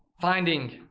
finding